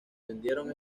vendieron